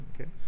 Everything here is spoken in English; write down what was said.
Okay